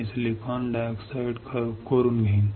मी silicon dioxide खोदून घेईन